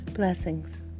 blessings